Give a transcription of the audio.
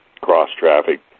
cross-traffic